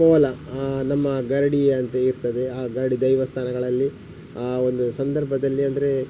ಕೋಲ ನಮ್ಮ ಗರಡಿ ಅಂತ ಇರ್ತದೆ ಆ ಗರಡಿ ದೈವಸ್ಥಾನಗಳಲ್ಲಿ ಆ ಒಂದು ಸಂದರ್ಭದಲ್ಲಿ ಅಂದರೆ